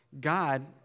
God